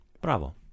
Bravo